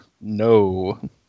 No